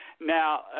Now